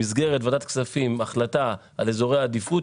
במסגרת ועדת כספים החלטה על אזורי עדיפות,